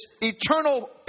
eternal